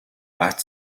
but